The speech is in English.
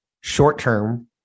Short-term